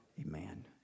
Amen